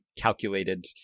calculated